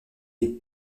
les